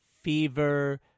fever